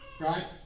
Right